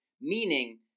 meaning